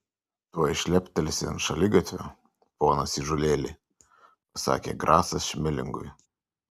tuoj šleptelsi ant šaligatvio ponas įžūlėli pasakė grasas šmelingui